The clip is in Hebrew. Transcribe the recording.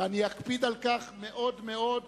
ואני אקפיד על כך מאוד מאוד,